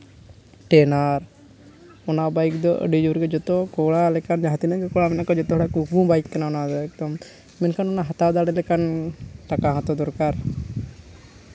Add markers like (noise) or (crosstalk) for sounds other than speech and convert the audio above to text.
(unintelligible) ᱚᱱᱟ ᱵᱟᱭᱤᱠ ᱫᱚ ᱟᱹᱰᱤ ᱡᱳᱨ ᱜᱮ ᱠᱚᱲᱟ ᱞᱮᱠᱟ ᱡᱟᱦᱟᱸ ᱛᱤᱱᱟᱹᱜ ᱜᱮ ᱠᱚᱲᱟ ᱢᱮᱱᱟᱜ ᱠᱚᱣᱟ ᱡᱚᱛᱚᱣᱟᱜ ᱜᱮ ᱚᱱᱟᱫᱚ ᱠᱩᱠᱢᱩ ᱵᱟᱭᱤᱠ ᱠᱟᱱᱟ ᱚᱱᱟ ᱫᱚ ᱮᱠᱫᱚᱢ ᱢᱮᱱᱠᱷᱟᱱ ᱚᱱᱟ ᱦᱟᱛᱟᱣ ᱫᱟᱲᱮ ᱞᱮᱠᱟᱱ ᱴᱟᱠᱟ ᱦᱚᱸᱛᱚ ᱫᱚᱨᱠᱟᱨ